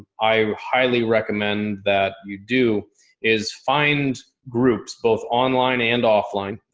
i highly recommend that you do is find groups both online and offline.